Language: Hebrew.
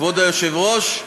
כבוד היושב-ראש,